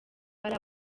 ari